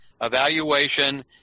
evaluation